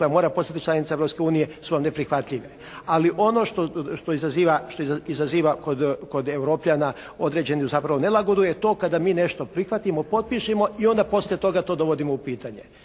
koja mora postati članica Europske unije, su vam neprihvatljive. Ali, ono što izaziva kod Europljana određenu zapravo nelagodu je to, kada mi nešto prihvatimo, potpišemo i onda poslije toga to dovodimo u pitanje.